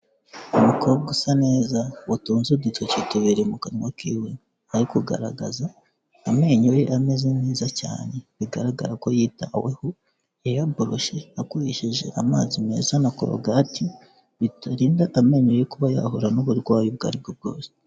Umukobwa usa neza utunze udutoke tubiri mu kanwa kiwe, ari kugaragaza amenyo ye ameze neza cyane bigaragara ko yitaweho, yayaboroshe akoresheje amazi meza na korogati, biturinda amenyo ye kuba yahura n'uburwayi ubwo aribwo bwose.